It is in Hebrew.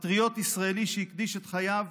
פטריוט ישראלי שהקדיש את חייו